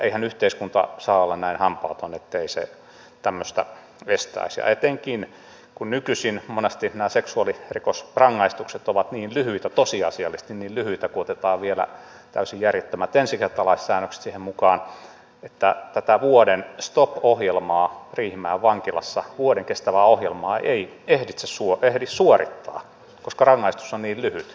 eihän yhteiskunta saa olla näin hampaaton ettei se tämmöistä estäisi etenkin kun nykyisin monesti nämä seksuaalirikosrangaistukset ovat niin lyhyitä tosiasiallisesti niin lyhyitä kun otetaan niihin vielä täysin järjettömät ensikertalaissäännökset mukaan että tätä vuoden stop ohjelmaa vuoden kestävää ohjelmaa riihimäen vankilassa ei ehdi suorittaa koska rangaistus on niin lyhyt